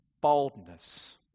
boldness